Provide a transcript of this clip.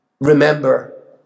remember